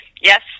Yes